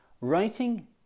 Writing